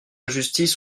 justice